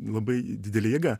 labai didelė jėga